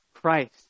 Christ